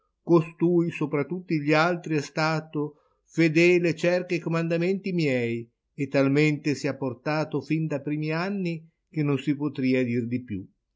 costui sopra tutti gli altri è stato fedele cerca i comandamenti miei e talmente si ha portato fin da primi anni che non si potria dir di più